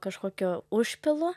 kažkokiu užpilu